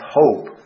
hope